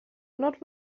not